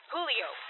Julio